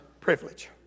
privilege